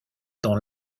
dans